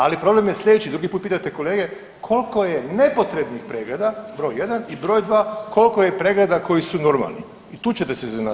Ali, problem je slijedeći, drugi put pitajte kolege koliko je nepotrebnih pregleda br. 1 i br. 2 koliko je pregleda koji su normalni i tu ćete se iznenaditi.